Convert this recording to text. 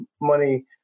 money